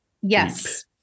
Yes